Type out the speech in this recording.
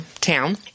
town